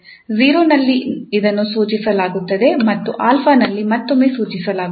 0 ನಲ್ಲಿ ಇದನ್ನು ಸೂಚಿಸಲಾಗುತ್ತದೆ ಮತ್ತು 𝑎 ನಲ್ಲಿ ಮತ್ತೊಮ್ಮೆ ಸೂಚಿಸಲಾಗುತ್ತದೆ